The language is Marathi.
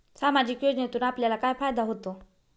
सामाजिक योजनेतून आपल्याला काय फायदा होतो?